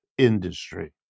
industry